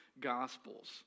Gospels